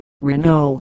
Renault